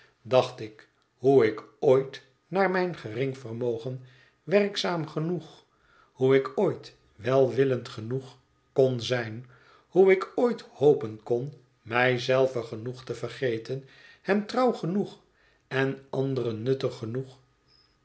dacht ik hoe ik ooit naar mijn gering vermogen werkzaam genoeg hoe ik ooit welwillend genoeg kon zijn hoe ik ooit hopen kon mij zelve genoeg te vergeten hem trouw genoeg en anderen nuttig genoeg